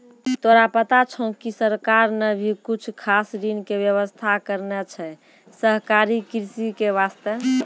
तोरा पता छौं कि सरकार नॅ भी कुछ खास ऋण के व्यवस्था करनॅ छै सहकारी कृषि के वास्तॅ